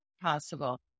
possible